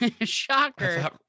Shocker